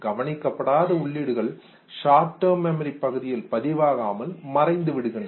கவனிக்கப்படாத உள்ளீடுகள் short term memory பகுதியில் பதிவாகாமல் மறைந்து விடுகின்றன